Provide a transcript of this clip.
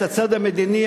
את הצד המדיני,